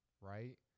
right